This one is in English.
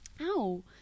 Ow